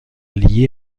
lié